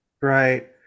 Right